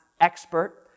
expert